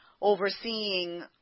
overseeing